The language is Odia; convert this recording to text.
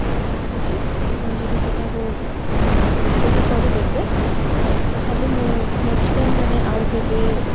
ମୁଁ ଚାହୁଁଚି ଆପଣ ଯଦି ସେଇଟାକୁ ମାନେ ମୋତେ ରିଟର୍ଣ୍ଣ୍ କରିଦେବେ ତାହେଲେ ମୁଁ ନେକ୍ସଟ୍ ଟାଇମ୍ ମାନେ ଆଉ କେବେ